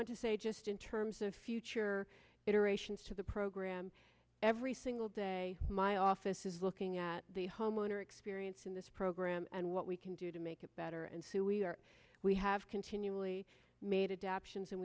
on to say just in terms of future iterations to the program every single day my office is looking at the homeowner experience in this program and what we can do to make it better and so we are we have continually made adaptions and